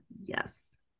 yes